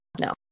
no